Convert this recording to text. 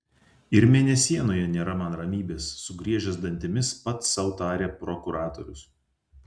ir mėnesienoje nėra man ramybės sugriežęs dantimis pats sau tarė prokuratorius